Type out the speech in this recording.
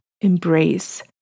embrace